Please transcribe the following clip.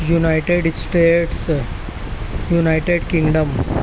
United States United kingdom